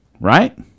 right